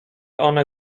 one